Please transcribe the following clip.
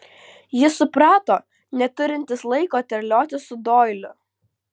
jis suprato neturintis laiko terliotis su doiliu